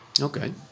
okay